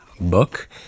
book